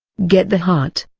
get the heart.